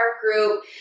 group